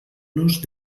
los